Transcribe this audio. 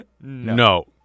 No